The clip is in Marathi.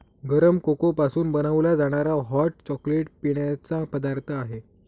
गरम कोको पासून बनवला जाणारा हॉट चॉकलेट पिण्याचा पदार्थ आहे